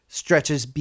stretches